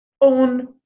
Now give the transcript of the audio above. own